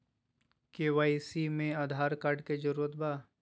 KYC में Aadhaar card के जरूरत बा?